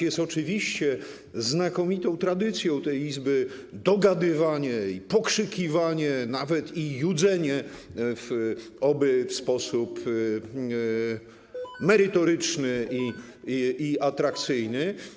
Jest oczywiście znakomitą tradycją tej Izby dogadywanie i pokrzykiwanie, nawet i judzenie, oby w sposób merytoryczny i atrakcyjny.